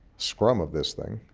scrum of this thing,